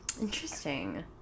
Interesting